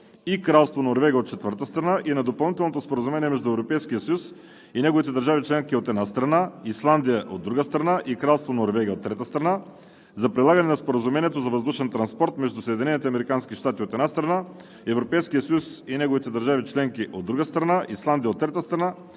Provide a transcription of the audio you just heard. и Кралство Норвегия, от четвърта страна, и на Допълнителното споразумение между Европейския съюз и неговите държави членки, от една страна, Исландия, от друга страна, и Кралство Норвегия, от трета страна, за прилагане на Споразумението за въздушен транспорт между Съединените американски щати, от една страна, Европейския съюз и неговите държави членки, от друга страна, Исландия, от трета страна,